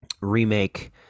remake